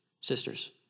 Sisters